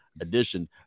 edition